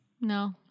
No